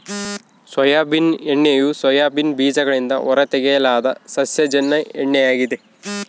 soybean ಎಣ್ಣೆಯು soybean ಬೀಜಗಳಿಂದ ಹೊರತೆಗೆಯಲಾದ ಸಸ್ಯಜನ್ಯ ಎಣ್ಣೆ ಆಗಿದೆ